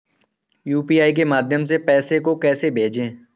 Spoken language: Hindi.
यू.पी.आई के माध्यम से पैसे को कैसे भेजें?